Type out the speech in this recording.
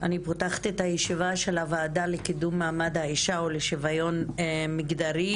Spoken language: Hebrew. אני פותחת את הישיבה של הוועדה לקידום מעמד האישה ולשוויון מגדרי.